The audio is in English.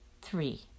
Three